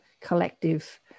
collective